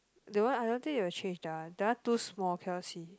the one I don't think they will change lah that one too small cannot see